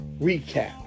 recap